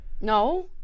No